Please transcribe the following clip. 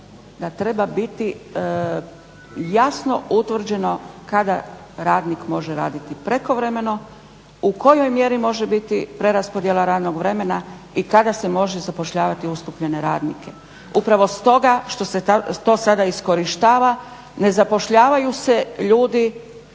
da treba biti jasno utvrđeno kada radnik može raditi prekovremeno, u kojoj mjeri može biti preraspodjela radnog vremena i kada se može zapošljavati ustupljene radnike. Upravo stoga što se to sada iskorištava. Ne zapošljavaju se ljudi